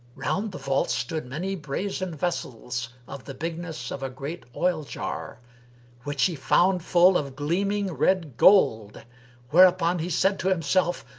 round the vault stood many brazen vessels of the bigness of a great oil-jar which he found full of gleaming red gold whereupon he said to himself,